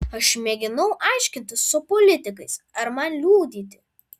aš mėginau aiškintis su politikais ar man liudyti